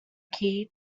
key